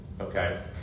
Okay